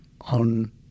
on